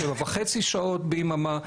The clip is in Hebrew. שבע וחצי שעות ביממה.